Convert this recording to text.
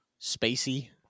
spacey